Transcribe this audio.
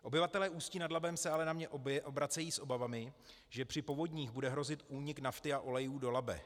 Obyvatelé Ústí nad Labem se ale na mě obracejí s obavami, že při povodních bude hrozit únik nafty a olejů do Labe.